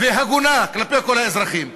והגונה כלפי כל האזרחים?